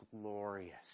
glorious